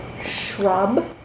shrub